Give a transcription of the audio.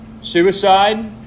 Suicide